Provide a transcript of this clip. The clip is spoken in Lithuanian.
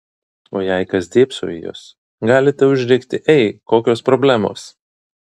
o jei kas dėbso į jus galite užrikti ei kokios problemos